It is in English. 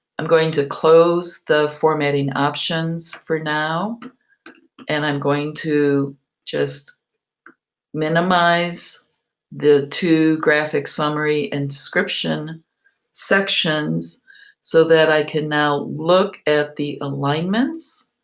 i'm going to close the formatting options for now and i'm going to just minimize the two graphic summary inscription sections so that i can now look at the alignments.